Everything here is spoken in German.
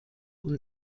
und